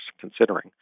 considering